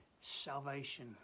salvation